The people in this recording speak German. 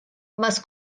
was